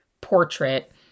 portrait